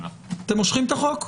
אתם מושכים אותו?